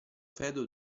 feudo